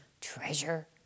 treasure